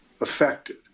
affected